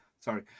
Sorry